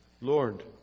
Lord